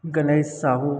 Ganesh Sahu